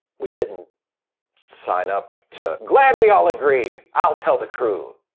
we didn't sign up to glad we all agree! i'll tell the crew.